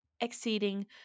exceeding